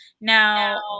now